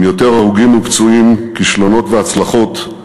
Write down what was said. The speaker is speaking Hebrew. עם יותר הרוגים ופצועים, כישלונות והצלחות,